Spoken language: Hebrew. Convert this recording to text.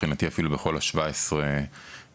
אפילו בכל 17 המחלקות,